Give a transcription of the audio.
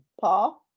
Paul